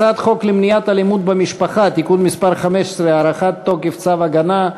הצעת חוק למניעת אלימות במשפחה (תיקון מס' 15) (הארכת תוקף צו הגנה),